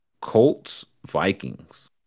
Colts-Vikings